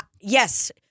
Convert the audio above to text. Yes